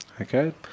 Okay